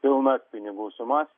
pilnas pinigų sumas